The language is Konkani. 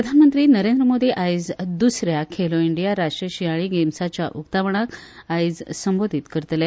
प्रधानमंत्री नरेंद्र मोदी आयज द्सऱ्या खेलो इंडिया राष्ट्रीय शिंयाळी गेम्साच्या उक्तावणाक आयज संबोधीत करतले